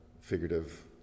figurative